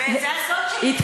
"זה הסוד שלי".